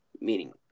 meaning